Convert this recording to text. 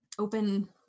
Open